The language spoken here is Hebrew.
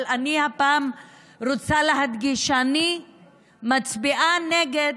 אבל אני הפעם רוצה להדגיש שאני מצביעה נגד,